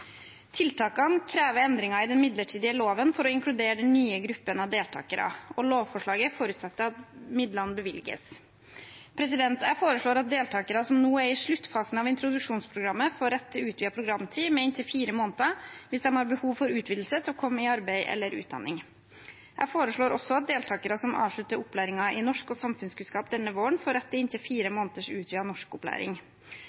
Tiltakene krever endringer i den midlertidige loven for å inkludere den nye gruppen deltakere, og lovforslaget forutsetter at midlene bevilges. Jeg foreslår at deltakere som nå er i sluttfasen av introduksjonsprogrammet, får rett til utvidet programtid med inntil fire måneder hvis de har behov for utvidelse for å komme i arbeid eller utdanning. Jeg foreslår også at deltakere som avslutter opplæringen i norsk og samfunnskunnskap denne våren, får rett til inntil fire